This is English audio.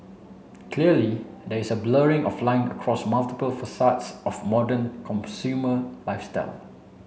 clearly there is a blurring of lines across multiple facets of a modern consumer lifestyle